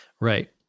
Right